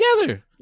together